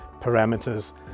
parameters